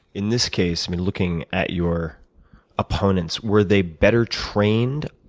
in this case, looking at your opponents, were they better trained?